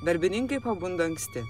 darbininkai pabunda anksti